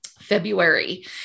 February